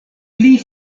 pli